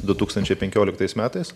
du tūkstančiai penkioliktais metais